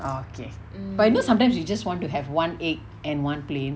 okay but you know sometimes you just want to have one egg and one plain